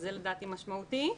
שזה לדעתי משמעותי.